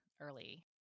early